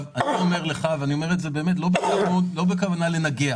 אני אומר לך, ואני אומר לא בכוונה לנגח: